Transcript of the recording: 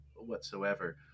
whatsoever